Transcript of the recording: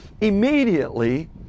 Immediately